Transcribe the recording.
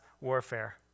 warfare